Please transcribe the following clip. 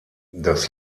das